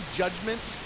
judgments